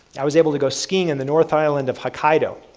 i was able to go skiing in the north island of hokkaido.